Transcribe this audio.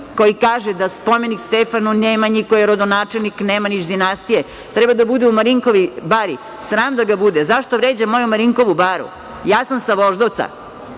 koji kaže da spomenik Stefanu Nemanji koji je rodonačelnik Nemanjić dinastije treba da bude u Marinkovoj bari. Sram da ga bude. Zašto vređa moju Marinkovu baru? Ja sam sa Voždovca.